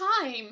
time